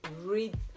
read